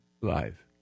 live